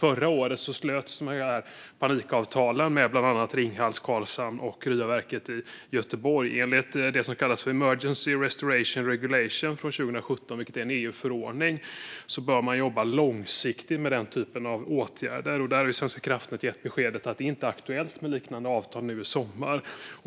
Förra året slöts de här panikavtalen med bland annat Ringhals, Karlshamn och Ryaverket i Göteborg. Enligt det som kallas för emergency and restoration regulation, från 2017, som är en EU-förordning, bör man jobba långsiktigt med den typen av åtgärder. Där har Svenska kraftnät gett beskedet att det inte är aktuellt med liknande avtal nu i sommar.